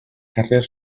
carrer